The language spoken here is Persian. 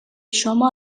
شما